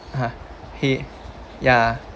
he ya